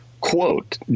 quote